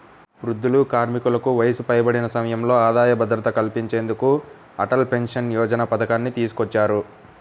వృద్ధులు, కార్మికులకు వయసు పైబడిన సమయంలో ఆదాయ భద్రత కల్పించేందుకు అటల్ పెన్షన్ యోజన పథకాన్ని తీసుకొచ్చారు